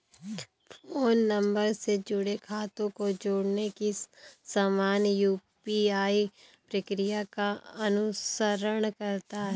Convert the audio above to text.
phone number से जुड़े खातों को जोड़ने की सामान्य यू.पी.आई प्रक्रिया का अनुसरण करता है